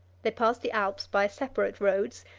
they passed the alps by separate roads,